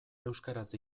euskaraz